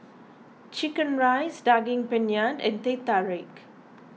Chicken Rice Daging Penyet and Teh Tarik